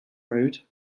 road